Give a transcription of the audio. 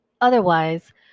otherwise